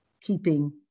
keeping